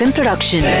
Production